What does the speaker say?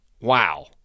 Wow